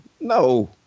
No